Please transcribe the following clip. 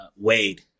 Wade